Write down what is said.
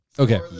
Okay